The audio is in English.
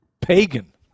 pagan